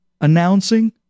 announcing